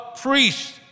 priests